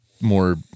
more